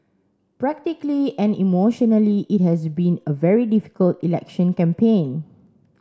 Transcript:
practically and emotionally it has been a very difficult election campaign